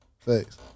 Thanks